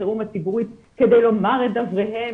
החירום הציבורית כדי לומר את דבריהם.